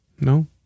No